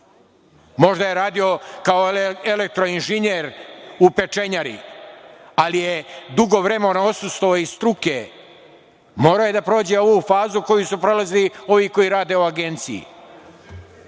Možda je radio kao elektroinženjer u pečenjari, ali je dugo vremena odsustvovao iz struke. Morao je da prođe ovu fazu koju su prolazili ovi koji rade u agenciji.